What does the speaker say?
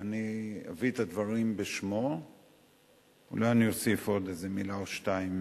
אני אביא את הדברים בשמו ואולי אני אוסיף עוד איזה מלה או שתיים